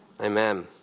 Amen